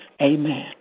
Amen